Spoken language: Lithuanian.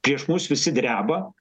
prieš mus visi dreba